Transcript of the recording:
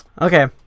Okay